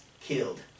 killed